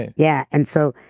and yeah. and so,